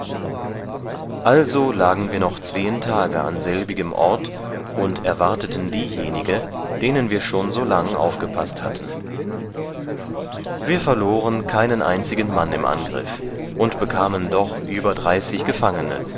also lagen wir noch zween tage an selbigem ort und erwarteten diejenige denen wir schon so lang aufgepaßt hatten wir verloren keinen einzigen mann im angriff und bekamen doch über dreißig gefangene